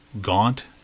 gaunt